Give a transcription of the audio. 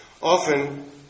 Often